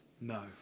No